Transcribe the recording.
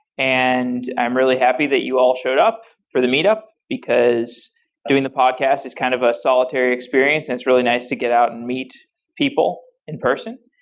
and i'm really happy that you all showed up for the meet up, because doing the podcast is kind of a solitary experience and it's really nice to get out and meet people in person.